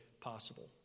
possible